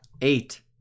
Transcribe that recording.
Eight